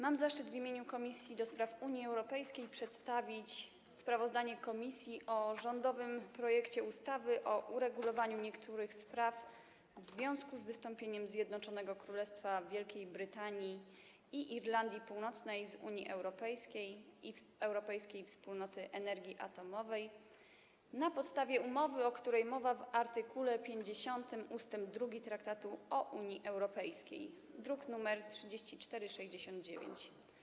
Mam zaszczyt w imieniu Komisji do Spraw Unii Europejskiej przedstawić sprawozdanie komisji o rządowym projekcie ustawy o uregulowaniu niektórych spraw w związku z wystąpieniem Zjednoczonego Królestwa Wielkiej Brytanii i Irlandii Północnej z Unii Europejskiej i Europejskiej Wspólnoty Energii Atomowej na podstawie umowy, o której mowa w art. 50 ust. 2 Traktatu o Unii Europejskiej, druk nr 3469.